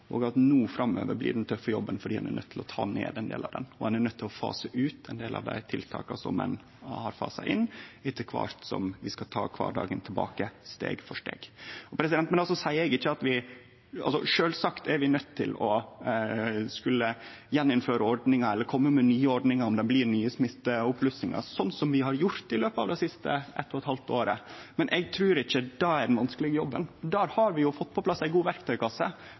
og at den tøffe jobben blir no framover, fordi ein er nøydd til å ta ned ein del av den. Ein er nøydd til å fase ut ein del av dei tiltaka ein har fasa inn, etter kvart som vi skal ta kvardagen tilbake steg for steg. Sjølvsagt er vi nøydde til å innføre ordningar igjen eller kome med nye ordningar om det blir nye smitteoppblussingar, sånn vi har gjort i løpet av det siste halvtanna året, men eg trur ikkje det er den vanskelege jobben. Der har vi jo fått på plass ei god verktøykasse.